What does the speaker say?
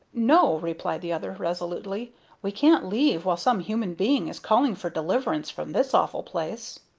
no, replied the other, resolutely we can't leave while some human being is calling for deliverance from this awful place.